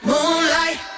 Moonlight